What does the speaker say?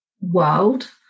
world